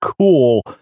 cool